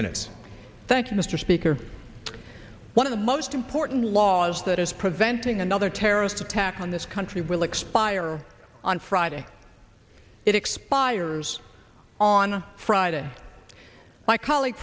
you mr speaker one of the most important laws that is preventing another terrorist attack on this country will expire on friday it expires on friday my colleague